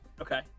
Okay